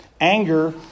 Anger